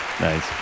Nice